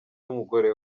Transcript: n’umugore